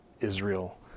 Israel